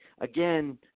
again